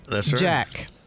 Jack